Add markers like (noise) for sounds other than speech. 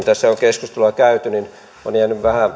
(unintelligible) tässä on keskustelua käyty niin on jäänyt vähän